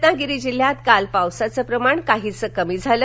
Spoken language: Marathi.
रत्नागिरी जिल्ह्यात काल पावसाचं प्रमाण काहीसं कमी झालं